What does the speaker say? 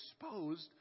exposed